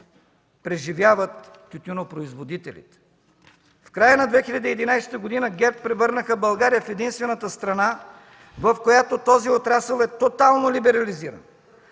преживяват тютюнопроизводителите. В края на 2011 г. ГЕРБ превърнаха България в единствената страна, в която този отрасъл е тотално либерализиран!